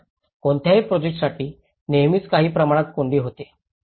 अर्थात कोणत्याही प्रोजेक्टासाठी नेहमीच काही प्रमाणात कोंडी होते